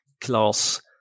class